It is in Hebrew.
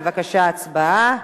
בבקשה, הצבעה.